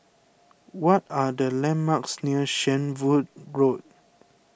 what are the landmarks near Shenvood Road